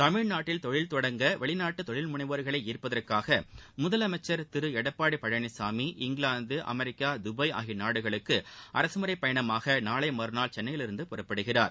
தமிழ்நாட்டில் தொழில்தொடங்க வெளிநாட்டு தொழில்முனைவோர்களை ஈப்பதற்காக முதலமைச்சர் Thiru Edappadi Palaniswami England America Dubai ஆகிய நாடுகளுக்கு அரசமுறை பயணமாக நாளை மறுநாள் சென்னையிலிருந்து புறப்படுகிறார்